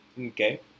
Okay